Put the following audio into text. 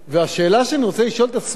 והשאלה שאני רוצה לשאול את עצמנו,